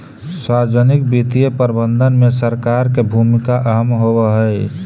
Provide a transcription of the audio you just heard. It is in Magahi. सार्वजनिक वित्तीय प्रबंधन में सरकार के भूमिका अहम होवऽ हइ